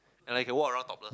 and I can walk around topless